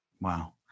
Wow